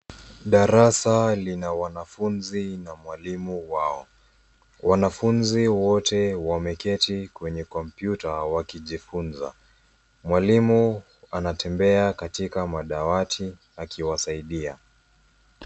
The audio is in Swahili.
Darasa lina wanafunzi na mwalimu wao. Wanafunzi wote wameketi kwenye kompyuta wakijifunza. Mwalimu anatembea katika madawati akiwasaidia.